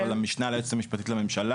אבל המשנה ליועמ"ש לממשלה,